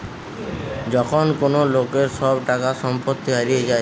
যখন কোন লোকের সব টাকা সম্পত্তি হারিয়ে যায়